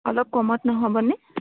অলপ কমত নহ'বনে